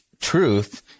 truth